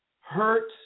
hurt